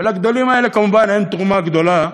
ולגדולים האלה, כמובן, אין תרומה גדולה,